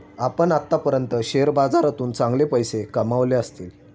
आपण आत्तापर्यंत शेअर बाजारातून चांगले पैसे कमावले असतील